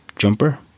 Jumper